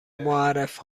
معرف